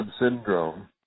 syndrome